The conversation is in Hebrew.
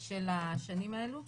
של השנה הזאת.